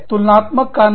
तुलनात्मक कानून